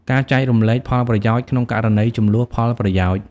ការចែករំលែកផលប្រយោជន៍ ក្នុងករណីជម្លោះផលប្រយោជន៍។